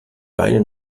beine